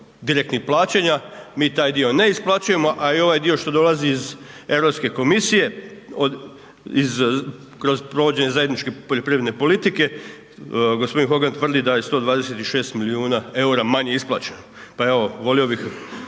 direktnih plaćanja, mi taj dio ne isplaćujemo, a i ovaj dio što dolazi iz EU komisije kroz provođenje zajedničke poljoprivredne politike, g. .../Govornik se ne razumije./... tvrdi da je 126 milijuna eura manje isplaćeno. Pa evo, volio bih